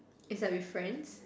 is like with friends